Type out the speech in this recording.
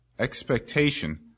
Expectation